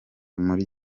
muri